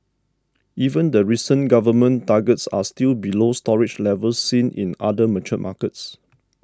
even the recent government targets are still below storage levels seen in other mature markets